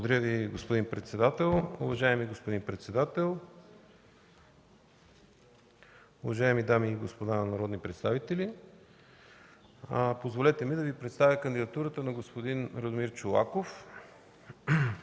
Благодаря Ви, господин председател. Уважаеми господин председател, уважаеми дами и господа народни представители! Позволете ми да Ви представя кандидатурата на господин Радомир Чолаков,